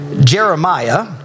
Jeremiah